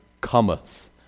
cometh